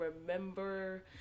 remember